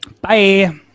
Bye